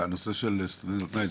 הנושא של סטודנט על תנאי,